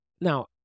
Now